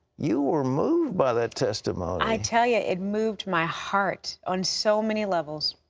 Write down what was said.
you were moved by that testimony. i tell you, it moved my heart on so many levels.